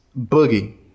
boogie